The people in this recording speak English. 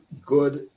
good